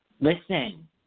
Listen